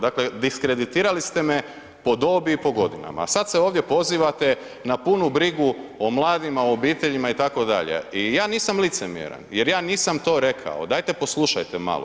Dakle, diskreditirali ste me po dobi i po godinama, a sad se ovdje pozivate na punu brigu o mladima, o obiteljima itd. i ja nisam licemjeran jer ja nisam to rekao, dajte poslušajte malo.